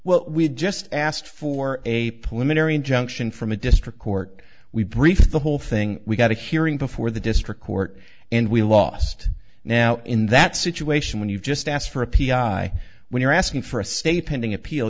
well we had just asked for a preliminary injunction from a district court we brief the whole thing we got a hearing before the district court and we lost now in that situation when you've just asked for a p r when you're asking for a stay pending appeal